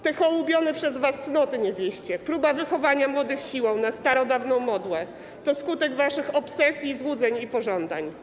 Te hołubione przez was cnoty niewieście, próba wychowania młodych siłą na starodawną modłę to skutek waszych obsesji, złudzeń i pożądań.